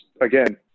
again